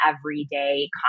everyday